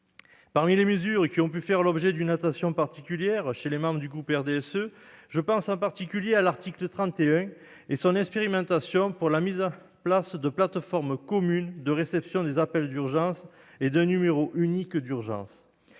Parmi les mesures qui ont pu faire l'objet d'une attention particulière chez les membres du groupe du RDSE, j'ai en particulier à l'esprit l'article 31 et l'expérimentation de la mise en place de plateformes communes de réception des appels et d'un numéro unique d'urgence.